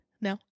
No